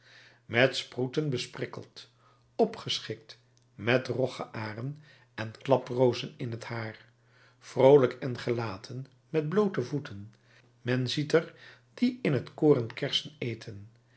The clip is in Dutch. met sproeten besprikkeld opgeschikt met roggearen en klaprozen in t haar vroolijk en gelaten met bloote voeten men ziet er die in het koren kersen eten